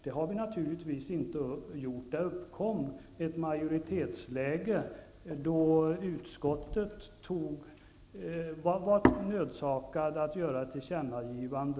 Det har vi naturligtvis inte gjort. Det uppkom ett majoritetsläge då utskottet var nödsakat att göra ett tillkännagivande.